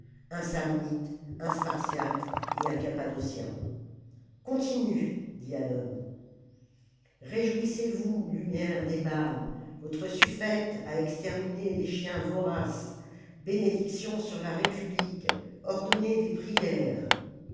un samnite un spartiate et un cappadocien continue dit hannon réjouissez vous lumière des baaîs votre suffète a exterminé les chiens voraces bénédictions sur la répubhque ordonnez des prières